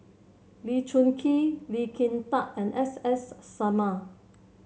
Lee Choon Kee Lee Kin Tat and S S Sarma